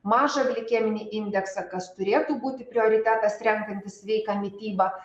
mažą glikeminį indeksą kas turėtų būti prioritetas renkantis sveiką mitybą